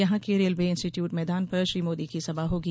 यहां के railway institute मैदान पर श्री मोदी की सभा होगी